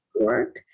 work